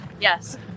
Yes